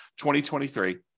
2023